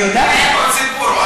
עוד סיפור, עוד סיפור.